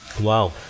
Wow